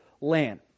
land